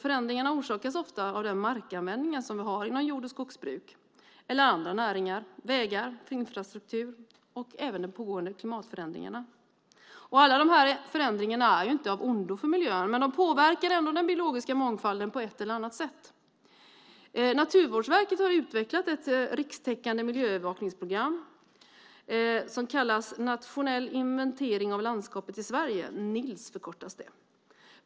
Förändringarna orsakas ofta av den markanvändning som vi har inom jord och skogsbruk eller andra näringar, vägar, infrastruktur och de pågående klimatförändringarna. Alla förändringar är inte av ondo för miljön, men de påverkar ändå den biologiska mångfalden på ett eller annat sätt. Naturvårdsverket har utvecklat ett rikstäckande miljöövervakningsprogram, kallat Nationell inventering av landskapet i Sverige, NILS.